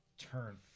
turn